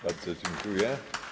Bardzo dziękuję.